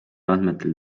andmetel